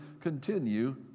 continue